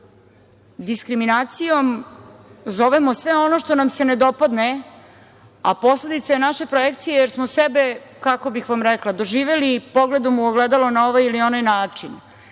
diskriminacijom zovemo sve ono što nam se ne dopadne, a posledica je naše projekcije, jer smo sebe, kako bih vam rekla, doživeli pogledom u ogledalo na ovaj ili onaj način,